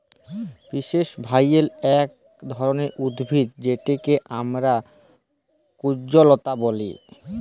cypress vine ইক ধরলের উদ্ভিদ যেটকে আমরা কুল্জলতা ব্যলে